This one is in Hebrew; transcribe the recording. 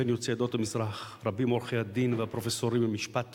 רבים עורכי-הדין והפרופסורים למשפט